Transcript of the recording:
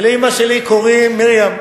ולאמא שלי קוראים מרים,